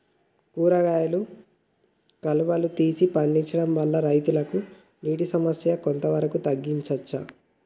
కూరగాయలు కాలువలు తీసి పండించడం వల్ల రైతులకు నీటి సమస్య కొంత వరకు తగ్గించచ్చా?